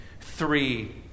three